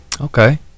okay